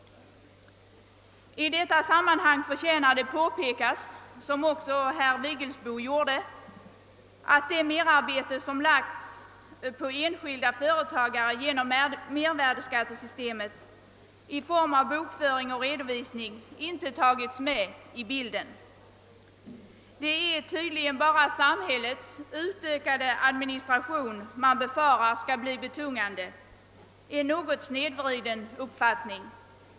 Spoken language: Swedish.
I detta sammanhang förtjänar det påpekas, som herr Vigelsbo också gjorde, att det merarbete som lagts på enskilda företagare genom mervärdeskattesystemet i form av bokföring och redovisning inte tagits med i bilden. Det är tydligen bara samhällets utökade administration man befarar skall bli betungande, en något snedvriden uppfattning.